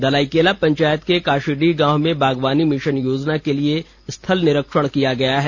दलाईकेला पंचायत के काशीडीह गांव में बागवानी मिशन योजना के लिए स्थल निरीक्षण किया गया है